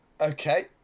okay